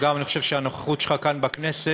ואני גם חושב שהנוכחות שלך כאן בכנסת